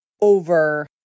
over